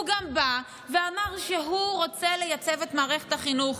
הוא גם בא ואמר שהוא רוצה לייצב את מערכת החינוך.